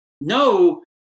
no